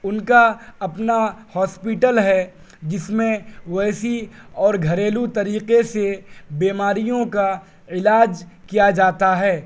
ان کا اپنا ہاسپیٹل ہے جس میں ویسی اور گھریلو طریقے سے بیماریوں کا علاج کیا جاتا ہے